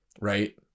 Right